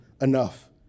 enough